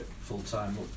full-time